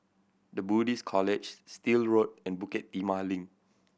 The Buddhist College Still Road and Bukit Timah Link